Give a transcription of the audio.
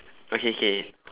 okay K